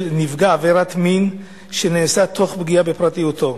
נפגע עבירת מין שנעשה תוך פגיעה בפרטיותו.